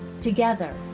Together